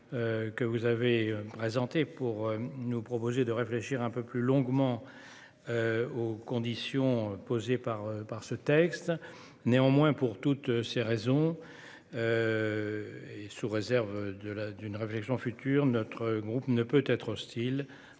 que vous avez présentés pour nous proposer de réfléchir plus longuement aux conditions posées par ce texte. Néanmoins, pour toutes les raisons que j'ai exposées et sous réserve d'une réflexion future, notre groupe ne peut être hostile à